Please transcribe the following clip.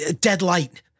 deadlight